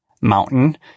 mountain